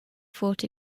fought